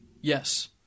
yes